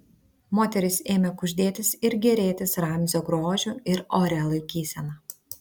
moterys ėmė kuždėtis ir gėrėtis ramzio grožiu ir oria laikysena